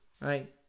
right